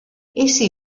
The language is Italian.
essi